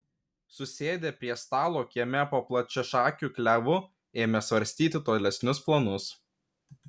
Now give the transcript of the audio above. susėdę prie stalo kieme po plačiašakiu klevu ėmė svarstyti tolesnius planus